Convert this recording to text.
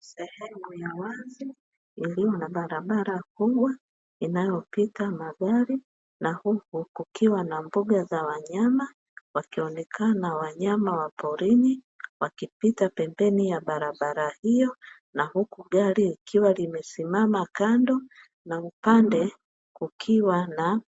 Sehemu ya wazi ikiwa na barabara kubwa inayopita magari na huku kukiwa na mbuga za wanyama, wakionekana wanyama wa porini wakipita pembeni ya barabara hiyo, na huku gari likiwa limesimama kando na upande kukiwa na